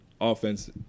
offense